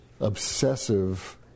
obsessive